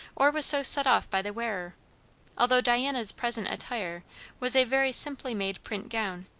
or was so set off by the wearer although diana's present attire was a very simply-made print gown,